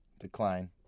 decline